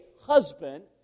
husband